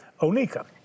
Onika